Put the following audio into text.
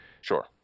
Sure